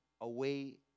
away